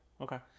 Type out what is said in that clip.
Okay